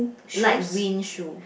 light green shoe